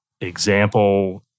example